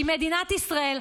כי מדינת ישראל,